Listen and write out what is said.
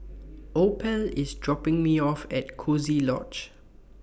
Opal IS dropping Me off At Coziee Lodge